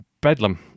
Bedlam